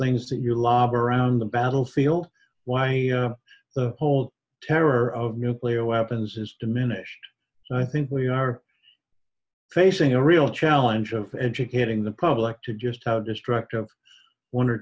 things that you lob around the battlefield why the whole terror of nuclear weapons is diminished so i think we are facing a real challenge of educating the public to just how destructive one or